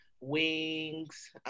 wings